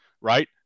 right